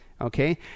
Okay